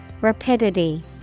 Rapidity